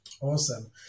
awesome